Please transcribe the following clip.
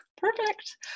Perfect